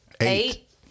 eight